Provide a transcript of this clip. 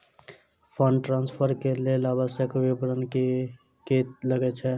Fund transfer केँ लेल आवश्यक विवरण की की लागै छै?